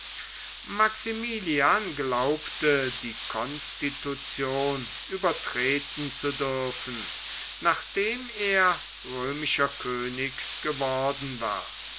maximilian glaubte die constitution übertreten zu dürfen nachdem er römischer könig geworden war